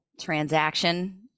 transaction